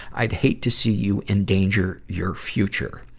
i'd hate to see you endanger your future.